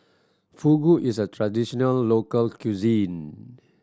fugu is a traditional local cuisine